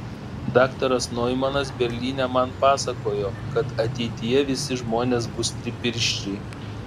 daktaras noimanas berlyne man pasakojo kad ateityje visi žmonės bus tripirščiai